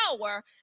power